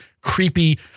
creepy